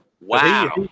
Wow